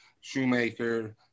Shoemaker